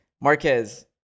Marquez